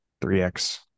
3x